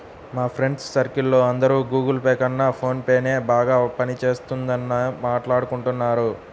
మా friends circle లో అందరూ గుగుల్ పే కన్నా ఫోన్ పేనే బాగా పని చేస్తున్నదని మాట్టాడుకుంటున్నారు